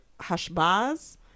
Hashbaz